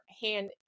hand